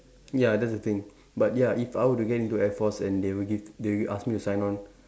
ya that's the thing but ya if I would get into air force and they will give they will ask me to sign on